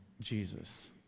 jesus